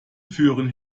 führen